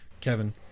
Kevin